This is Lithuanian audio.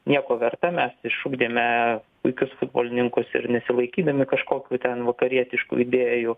nieko verta mes išugdėme puikius futbolininkus ir nesilaikydami kažkokių ten vakarietiškų idėjų